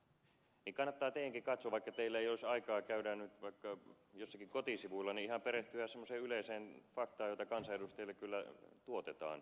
kannattaa teidänkin vaikka teillä ei nyt olisi aikaa käydä jossakin kotisivuilla perehtyä ihan semmoiseen yleiseen faktaan jota kansanedustajille kyllä tuotetaan